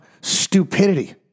stupidity